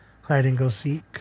hide-and-go-seek